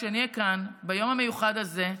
כשנהיה כאן ביום המיוחד הזה,